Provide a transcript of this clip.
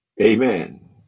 Amen